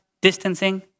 distancing